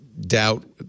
doubt